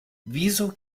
wieso